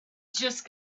just